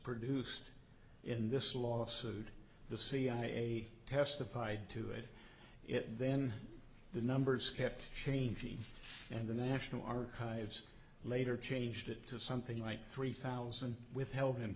produced in this lawsuit the cia testified to it yet then the numbers kept changing and the national archives later changed it to something like three thousand withheld